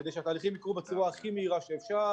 כדי שהתהליכים יקרו בצורה הכי מהירה שאפשר.